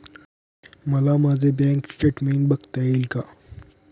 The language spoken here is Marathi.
मला माझे बँक स्टेटमेन्ट बघता येईल का?